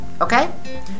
Okay